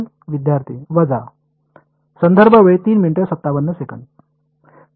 विद्यार्थीः वजा